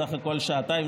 סך הכול שעתיים,